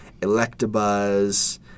Electabuzz